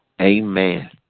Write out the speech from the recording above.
Amen